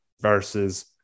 versus